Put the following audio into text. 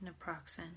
naproxen